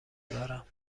دارم